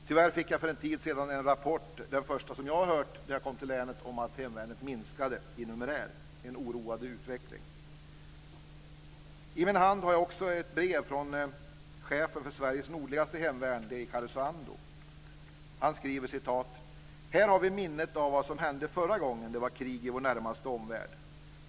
Tyvärr fick jag för en tid sedan en rapport, den första som jag fått sedan jag kom till länet, om att hemvärnet minskade i numerär. En oroande utveckling. I min hand har jag också ett brev från chefen för Sveriges nordligaste hemvärn, det i Karesuando. Han skriver: "Här har vi minnet av vad som hände förra gången det var krig i vår närmaste omvärld.